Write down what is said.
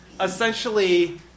essentially